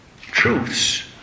truths